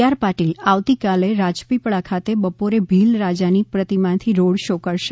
R Patil આવતીકાલે રાજપીપલા ખાતે બપોરે ભીલ રાજાની પ્રતિમાથી રોડ શો કરશે